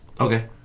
okay